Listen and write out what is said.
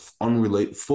unrelated